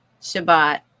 Shabbat